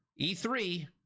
E3